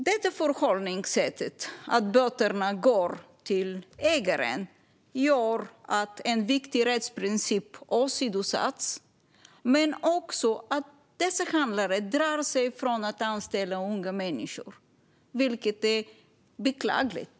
Detta förhållningssätt, att böterna ska betalas av ägaren, gör att en viktig rättsprocess åsidosätts. Men det gör också att dessa handlare drar sig för att anställa unga människor, vilket är beklagligt.